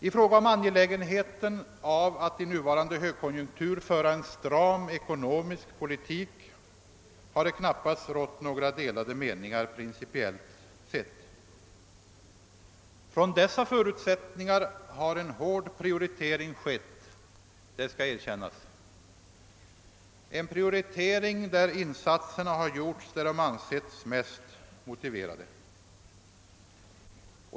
I fråga om angelägenheten av att i nuvarande högkonjunktur föra en stram ekonomisk politik har det knappast rått några delade meningar principiellt sett. Från dessa förutsättningar har en hård prioritering skett, det skall erkännas, en prioritering där insatserna gjorts där de ansetts mest motiverade.